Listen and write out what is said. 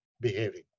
behaving